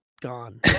gone